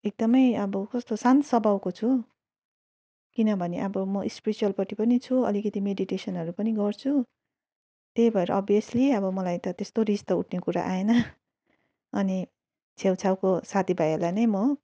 एकदमै अब कस्तो शान्त स्वभावको छु किनभने अब म स्प्रिउचलपट्टि पनि छु अलिकति मेडिटेसनहरू पनि गर्छु त्यही भएर अभियस्ली अब मलाई त त्यस्तो रिस त उठ्ने कुरा आएन अनि छेउछाउको साथीभाइहरूलाई नि म